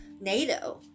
nato